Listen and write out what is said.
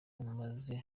umaze